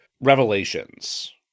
Revelations